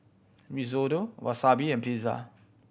Risotto Wasabi and Pizza